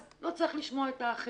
אז לא צריך לשמוע את האחרים,